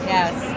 Yes